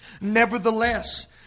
Nevertheless